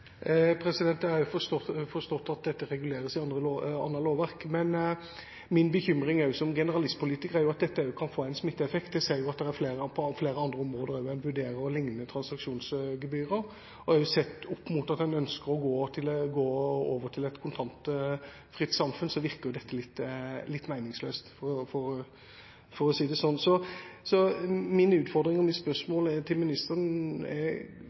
Jeg har også forstått at dette reguleres i annet lovverk. Men min bekymring som generalistpolitiker er at dette også kan få en smitteeffekt. Det ser vi på flere andre områder hvor en vurderer liknende transaksjonsgebyrer. Sett opp mot at en ønsker å gå over til et kontantfritt samfunn, virker dette litt meningsløst, for å si det sånn. Min utfordring og mitt spørsmål til ministeren er